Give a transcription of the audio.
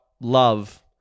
love